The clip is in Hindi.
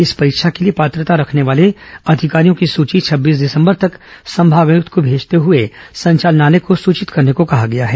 इस परीक्षा के लिए पात्रता रखने वाले अधिकारियों की सूची छब्बीस दिसंबर तक संभागायक्त को भेजते हए संचालनालय को सुचित करने को कहा गया है